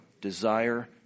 desire